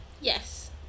Yes